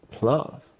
love